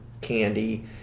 candy